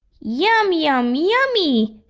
yum, yum, yummy!